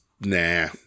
nah